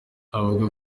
avuga